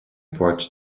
płacz